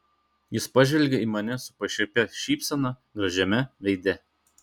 jis pažvelgė į mane su pašaipia šypsena gražiame veide